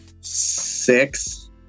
Six